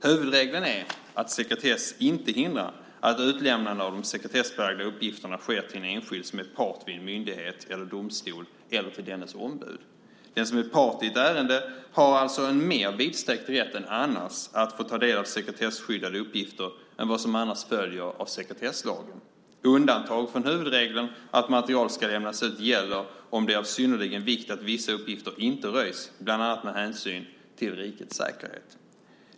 Huvudregeln är att sekretess inte hindrar att utlämnande av de sekretessbelagda uppgifterna sker till en enskild som är part vid en myndighet eller domstol eller dennes ombud. Den som är part i ett ärende har alltså en mer vidsträckt rätt än annars att få del av sekretesskyddade uppgifter än vad som annars följer av sekretesslagen. Undantag från huvudregeln att material ska lämnas ut gäller om det är av synnerlig vikt att vissa uppgifter inte röjs, bland annat med hänsyn till rikets säkerhet.